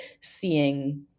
seeing